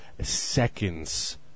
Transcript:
seconds